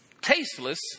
tasteless